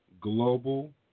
global